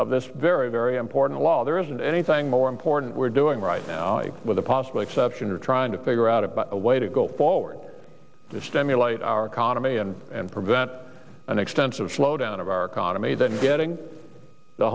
of this very very important law there isn't anything more important we're doing right now with the possible exception of trying to figure out a way to go forward this stimulate our economy and and prevent an extensive slowdown of our economy than getting the